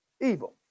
evil